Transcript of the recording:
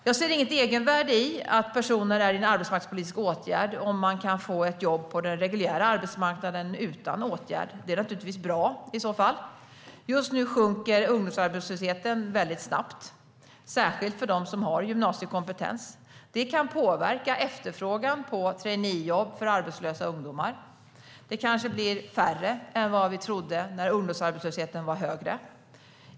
Jag ser inget egenvärde i att personer är i arbetsmarknadspolitiska åtgärder om de kan få jobb på den reguljära arbetsmarknaden utan åtgärd. Det är naturligtvis bra i så fall. Just nu sjunker ungdomsarbetslösheten väldigt snabbt, särskilt bland dem som har gymnasiekompetens. Det kan påverka efterfrågan på traineejobb för arbetslösa ungdomar. De kanske blir färre än vad vi trodde när ungdomsarbetslösheten var högre.